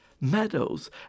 meadows